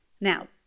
Now